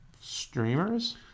Streamers